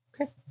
Okay